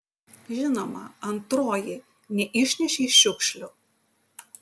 žinoma antroji neišnešei šiukšlių